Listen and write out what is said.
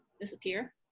disappear